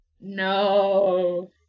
No